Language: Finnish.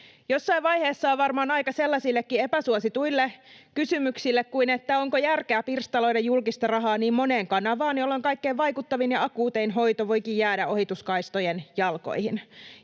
Jossain vaiheessa on varmaan aika sellaisillekin epäsuosituille kysymyksille kuin että onko järkeä pirstaloida julkista rahaa niin moneen kanavaan, jolloin kaikkein vaikuttavin ja akuutein hoito voikin jäädä ohituskaistojen jalkoihin.